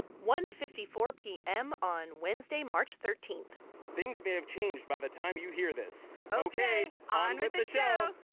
one fifty four p m. on wednesday, march thirteen point things may have changed by the time you hear this ok on with the show